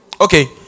Okay